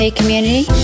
community